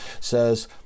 says